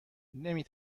نمی